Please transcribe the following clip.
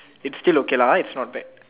it's still okay lah ah it's not bad